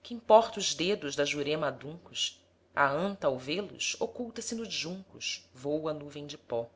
que importaos dedos da jurema aduncos a anta ao vê-los oculta se nos juncos voa a nuvem de pó